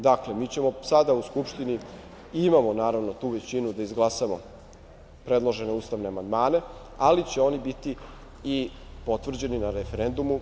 Dakle, mi ćemo sada u Skupštini, i imamo naravno tu većinu, da izglasamo predložene ustavne amandmane, ali će oni biti i potvrđeni na referendumu.